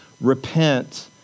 Repent